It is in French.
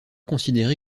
considéré